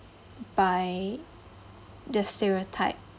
by the stereotype